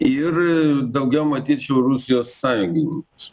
ir daugiau matyt su rusijos sąjungininkais